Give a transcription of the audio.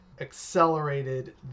accelerated